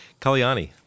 Kalyani